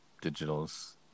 digital's